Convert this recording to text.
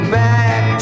back